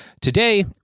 Today